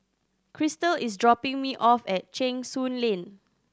Krystle is dropping me off at Cheng Soon Lane